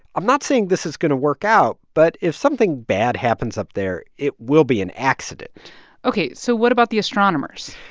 i'm not saying this is going to work out. but if something bad happens up there, it will be an accident ok. so what about the astronomers?